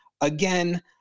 again